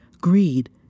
greed